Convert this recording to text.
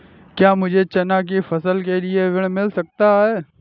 क्या मुझे चना की फसल के लिए ऋण मिल सकता है?